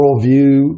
worldview